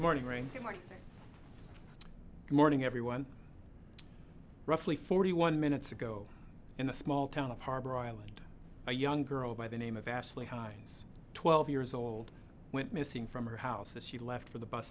tomorrow morning everyone roughly forty one minutes ago in the small town of harbor island a young girl by the name of vastly hines twelve years old went missing from her house as she left for the bus